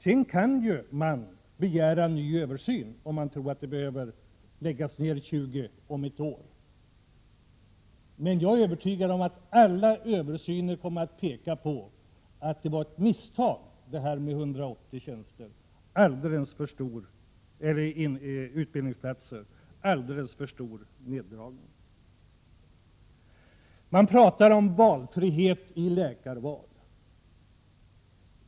Sedan kan man ju begära en ny översyn om man tror att antalet utbildningsplatser behöver skäras ned med 20 om ett år. Jag är övertygad om att en översyn kommer att visa att det var ett misstag att skära ned antalet utbildningsplatser med 180 — det var en alldeles för stor neddragning. Man pratar om frihet i läkarvalet.